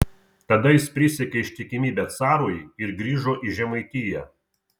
tada jis prisiekė ištikimybę carui ir grįžo į žemaitiją